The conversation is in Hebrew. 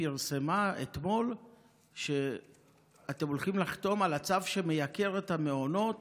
פרסמה אתמול שאתם הולכים לחתום על הצו שמייקר את המעונות